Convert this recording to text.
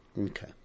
Okay